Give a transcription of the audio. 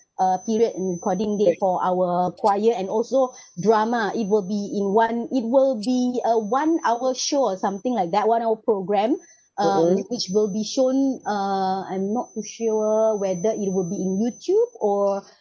uh period and recording date for our choir and also drama it will be in one it will be a one hour show or something like that one hour programme uh which will be shown uh I'm not too sure whether it would be in YouTube or